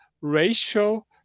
ratio